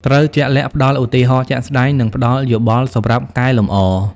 ត្រូវជាក់លាក់ ផ្តល់ឧទាហរណ៍ជាក់ស្តែង និងផ្តល់យោបល់សម្រាប់កែលម្អ។